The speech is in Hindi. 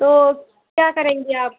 तो क्या करेंगी आप